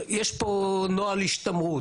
יש פה נוהל השתמרות.